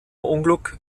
unglück